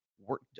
work